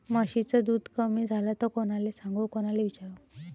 म्हशीचं दूध कमी झालं त कोनाले सांगू कोनाले विचारू?